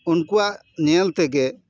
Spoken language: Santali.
ᱩᱱᱠᱩᱣᱟᱜ ᱧᱮᱞ ᱛᱮᱜᱮ